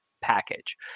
package